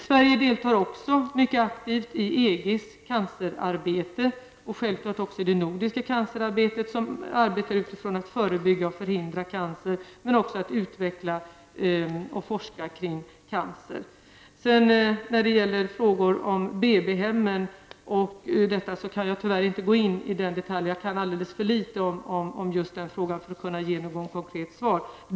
Sverige deltar också mycket aktivt i EGs cancerarbete och självfallet i det nordiska cancerarbetet som går ut på att förebygga och förhindra cancer och att utveckla forskning kring cancer. När det gäller frågor om BB-hemmen och närmare uppgifter i det avseendet kan jag tyvärr inte gå in på detaljer. Jag kan alldeles för litet i just den frågan för att kunna ge ett konkret svar.